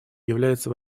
является